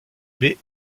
mais